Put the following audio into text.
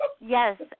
Yes